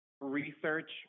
research